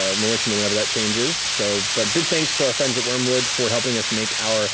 ah and we'll let you know whenever that changes. so but big thanks to our friends at wyrmwood for helping us make our